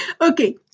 Okay